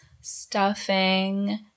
stuffing